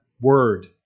Word